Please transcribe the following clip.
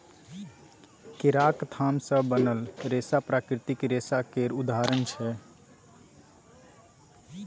केराक थाम सँ बनल रेशा प्राकृतिक रेशा केर उदाहरण छै